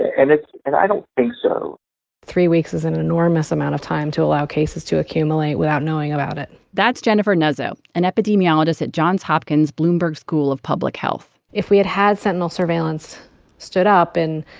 and it's and i don't think so three weeks is an enormous amount of time to allow cases to accumulate without knowing about it that's jennifer nuzzo, an epidemiologist at johns hopkins bloomberg school of public health if we had had sentinel surveillance stood up in,